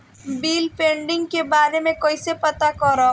Bill pending के बारे में कईसे पता करब?